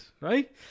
right